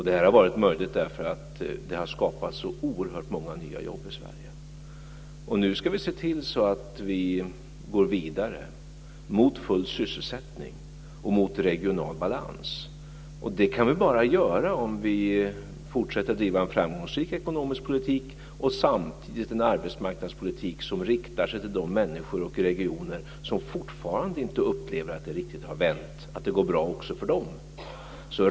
Detta har varit möjligt därför att det har skapats så oerhört många nya jobb i Sverige. Nu ska vi se till att vi går vidare mot full sysselsättning och mot regional balans. Det kan vi bara göra om vi fortsätter att driva en framgångsrik ekonomisk politik, och samtidigt en arbetsmarknadspolitik som riktar sig till de människor och regioner som fortfarande inte upplever att det har vänt och att det går bra också för dem.